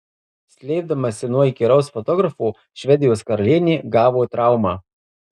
slėpdamasi nuo įkyraus fotografo švedijos karalienė gavo traumą